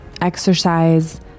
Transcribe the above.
exercise